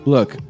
Look